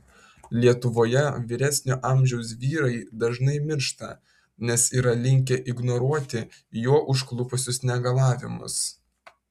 lietuvoje vyresnio amžiaus vyrai dažnai miršta nes yra linkę ignoruoti juo užklupusius negalavimus